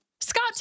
Scott